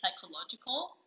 psychological